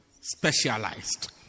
specialized